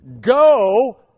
Go